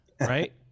Right